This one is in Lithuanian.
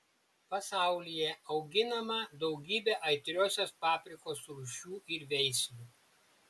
pasaulyje auginama daugybė aitriosios paprikos rūšių ir veislių